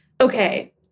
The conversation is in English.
okay